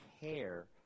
care